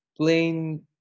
plain